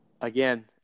Again